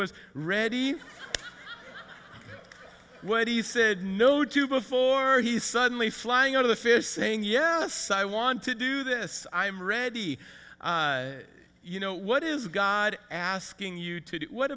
was ready when he said no to before he suddenly flying out of the fish saying yes i want to do this i am ready you know what is god asking you to do what